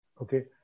Okay